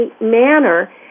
manner